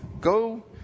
go